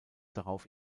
darauf